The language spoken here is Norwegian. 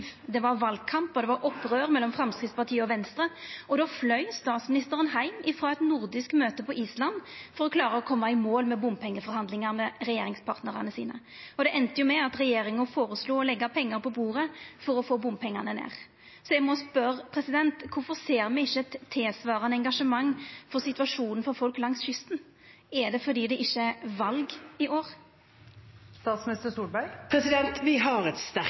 Det var valkamp, og det var opprør mellom Framstegspartiet og Venstre, då flaug statsministeren heim frå eit nordisk møte på Island for å klara å koma i mål med bompengeforhandlingane med regjeringspartnarane sine. Det enda med at regjeringa føreslo å leggja pengar på bordet for å få bompengane ned. Då må eg spørja: Kvifor ser me ikkje eit tilsvarande engasjement for situasjonen for folk langs kysten? Er det fordi det ikkje er val i år? Vi har et sterkt engasjement for folk langs kysten. Det er jo derfor vi bl.a. har